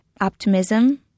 Optimism